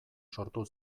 sortu